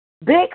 Big